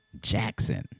Jackson